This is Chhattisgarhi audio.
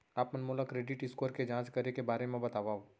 आप मन मोला क्रेडिट स्कोर के जाँच करे के बारे म बतावव?